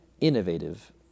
innovative